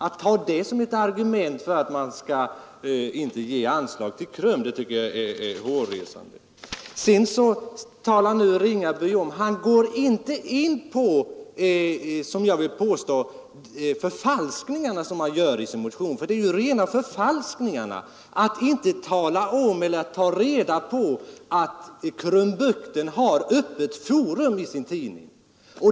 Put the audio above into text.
Att ta det som ett argument för att man inte skall ge anslag till KRUM tycker jag är hårresande. Sedan går herr Ringaby inte in på förfalskningarna som jag vill påstå att han gör i sin motion. För det är ju rena förfalskningarna att inte tala om, eller ta reda på, att Krumbukten har öppet forum i sin tidning.